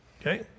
Okay